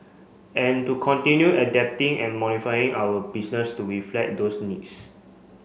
and to continue adapting and modifying our business to reflect those needs